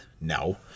No